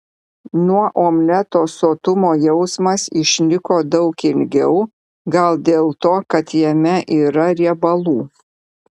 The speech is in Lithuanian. nuo omleto sotumo jausmas išliko daug ilgiau gal dėl to kad jame yra riebalų